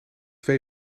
twee